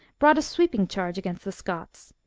brought a sweeping charge against the scots.